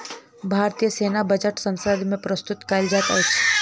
भारतीय सेना बजट संसद मे प्रस्तुत कयल जाइत अछि